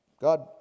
God